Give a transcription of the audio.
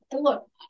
look